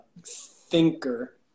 thinker